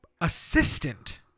assistant